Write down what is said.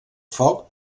foc